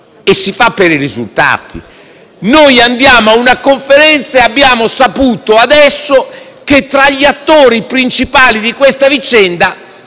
e si fa per i risultati. Andiamo a una Conferenza e adesso abbiamo saputo che tra gli attori principali di questa vicenda,